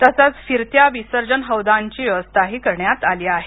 तसंच फिरत्या विसर्जन हौदांची व्यवस्थाही करण्यात आली आहे